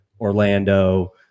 Orlando